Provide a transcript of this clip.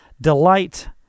Delight